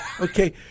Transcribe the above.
Okay